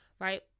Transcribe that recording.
right